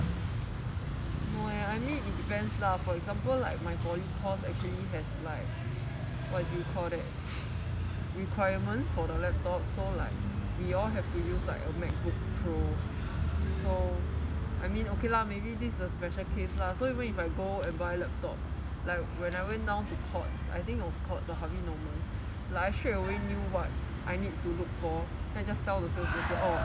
no eh I mean it depends lah for example like my poly course actually has like what do you call that requirements for the laptop so like we all have to use like a macbook pro I mean okay lah maybe this is a special case lah so even if I go and buy laptop like when I went down to courts I think it was courts or harvey norman like I straight away knew what I need to look for then I just tell the salesperson orh